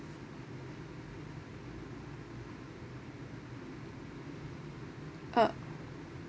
uh